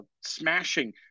smashing